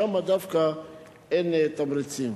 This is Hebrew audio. שם דווקא אין תמריצים.